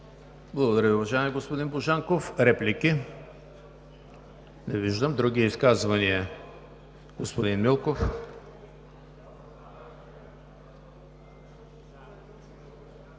Благодаря Ви, уважаеми господин Божанков. Реплики? Не виждам. Други изказвания? Господин Милков.